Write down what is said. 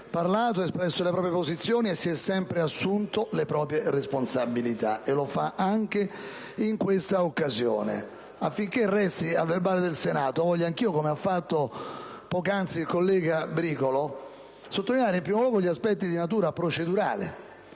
ha sempre espresso le proprie posizioni e si è sempre assunto le proprie responsabilità. Lo fa anche in questa occasione. Affinché resti a verbale del Senato, voglio anch'io, come ha fatto poc'anzi il collega Bricolo, sottolineare in primo luogo gli aspetti di natura procedurale.